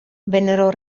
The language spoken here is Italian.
vennero